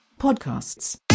Podcasts